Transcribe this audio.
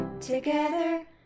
together